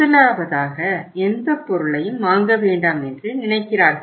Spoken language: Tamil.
முதலாவதாக எந்தப் பொருளையும் வாங்க வேண்டாம் என்று நினைக்கிறார்கள்